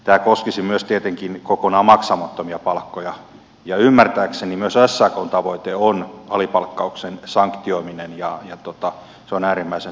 tämä koskisi myös tietenkin kokonaan maksamattomia palkkoja ja ymmärtääkseni myös sakn tavoite on alipalkkauksen sanktioiminen ja se on äärimmäisen toivottavaa